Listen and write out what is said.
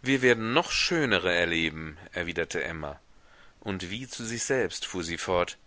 wir werden noch schönere erleben erwiderte emma und wie zu sich selbst fuhr sie fort